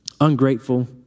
ungrateful